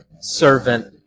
servant